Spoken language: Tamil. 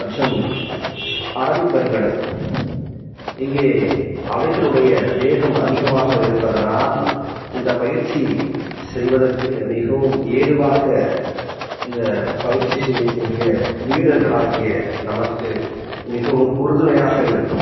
மற்றும் அரபிக் பெருங்கடல் இங்கே அலைகளுடைய வேகம் அதிகமாக இருப்பதனால் இந்த பயிற்சி செய்வதற்கு மிகவும் ஏதுவாக இந்த பயிற்சி செய்யக்கூடிய வீரர்களாகிய நமக்கு மிகவும் உறுதுணையாக இருக்கும்